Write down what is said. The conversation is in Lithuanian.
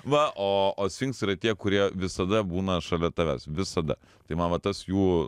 va o o sfinksai yra tie kurie visada būna šalia tavęs visada tai man va tas jų